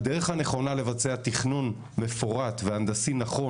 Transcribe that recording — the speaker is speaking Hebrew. הדרך הנכונה לבצע תכנון מפורט והנדסי נכון